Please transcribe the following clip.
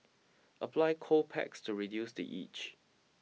apply cold packs to reduce the itch